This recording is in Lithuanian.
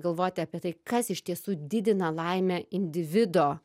galvoti apie tai kas iš tiesų didina laimę individo